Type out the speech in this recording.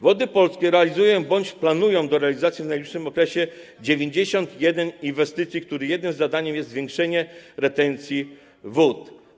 Wody Polskie realizują bądź planują do realizacji w najbliższym okresie 91 inwestycji, których jednym z zadań jest zwiększenie retencji wód.